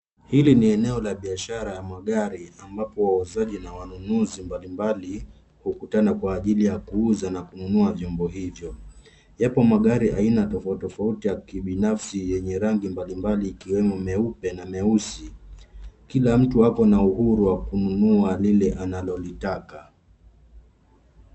Hili ni eneo la biashara ya magari ambapo wauzaji na wanunuzi mbalimbali hukutana kwa ajili ya kuuza na kununua vyombo hivyo. Yapo magari aina tofauti tofauti ya kibinafsi yenye rangi mbalimbali ikiwemo meupe na meusi. Kila mtu wako na uhuru wa kununua lile analo litaka.